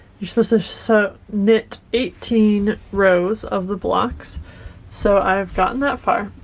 you're supposed to so knit eighteen rows of the blocks so i've gotten that far.